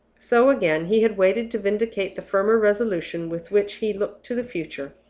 so again, he had waited to vindicate the firmer resolution with which he looked to the future,